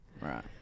Right